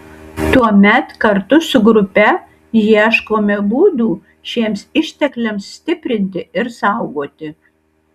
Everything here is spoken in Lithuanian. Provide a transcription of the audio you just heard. tuomet kartu su grupe ieškome būdų šiems ištekliams stiprinti ir saugoti